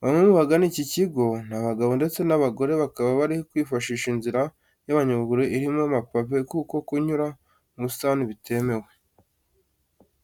Bamwe mu bagana iki kigo ni abagabo ndetse n'abagore bakaba bari kwifashisha inzira y'abanyamaguru irimo amapave kuko kunyura mu busitani bitemewe.